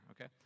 okay